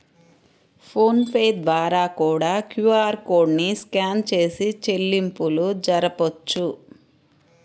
phone pay ద్వారా కూడా QR code ని స్కాన్ చేసి చెల్లింపులు జరపొచ్చు